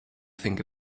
think